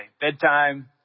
Bedtime